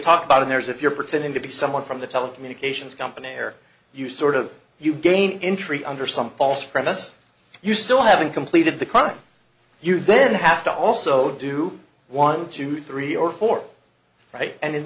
talk about in there is if you're pretending to be someone from the telecommunications company where you sort of you gain entry under some false premises you still haven't completed the crime you then have to also do want to do three or four right and in